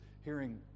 hearing